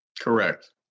Correct